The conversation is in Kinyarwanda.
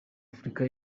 afurika